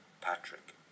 Patrick